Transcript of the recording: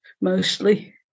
mostly